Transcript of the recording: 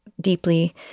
deeply